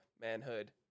manhood